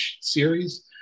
series